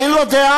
אין לו דעה?